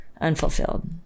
unfulfilled